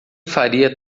faria